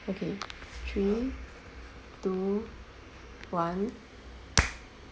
okay three two one